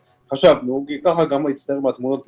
כי ככה גם הצטייר מהתמונות בעולם,